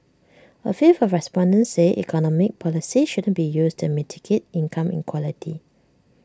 A fifth of respondents said economic policies shouldn't be used to mitigate income inequality